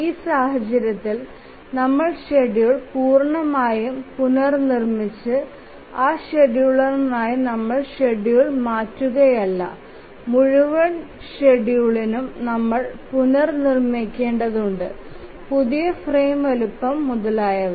ഈ സാഹചര്യത്തിൽ നമ്മൾ ഷെഡ്യൂൾ പൂർണ്ണമായും പുനർനിർമ്മിച്ചു ആ ഷെഡ്യൂളിനായി നമ്മൾ ഷെഡ്യൂൾ മാറ്റുകയല്ല മുഴുവൻ ഷെഡ്യൂളിനും നമ്മൾ പുനർനിർമ്മിക്കേണ്ടതുണ്ട് പുതിയ ഫ്രെയിം വലുപ്പം മുതലായവ